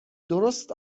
درست